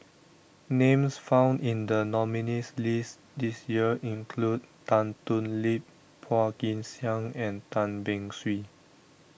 names found in the nominees' list this year include Tan Thoon Lip Phua Kin Siang and Tan Beng Swee